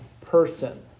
person